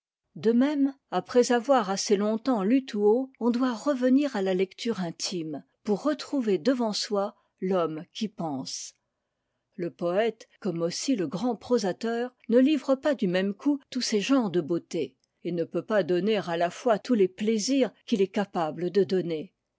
de même après avoir assez longtemps lu tout haut on doit revenir à la lecture intime pour retrouver devant soi l'homme qui pense le poète comme aussi le grand prosateur ne livre pas du même coup tous ses genres de beautés et ne peut pas donner à la fois tous les plaisirs qu'il est capable de donner